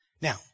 Now